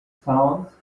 sounds